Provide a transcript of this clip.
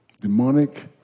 Demonic